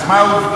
אז מה העובדות?